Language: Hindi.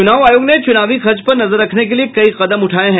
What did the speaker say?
चुनाव आयोग ने चुनावी खर्च पर नजर रखने के लिये कई कदम उठाये हैं